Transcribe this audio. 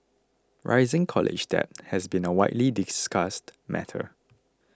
rising college debt has been a widely discussed matter